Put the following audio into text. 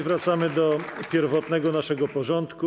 Wracamy do pierwotnego naszego porządku.